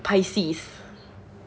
pisces